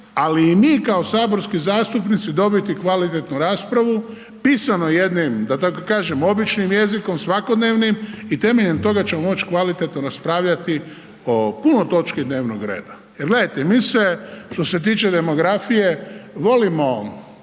ali i mi kao saborski zastupnici, dobiti kvalitetnu raspravu, pisano jednim, da tako kažem običnim jezikom, svakodnevnim i temeljem toga ćemo moć kvalitetno raspravljati o puno točki dnevnog reda. Jel gledajte, mi se, što se tiče demografije volimo,